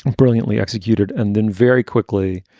brilliantly executed and then very quickly.